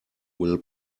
will